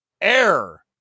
air